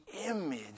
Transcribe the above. image